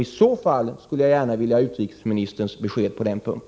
Om det finns sådana exempel skulle jag gärna vilja ha ett besked från utrikesministern på denna punkt.